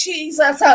Jesus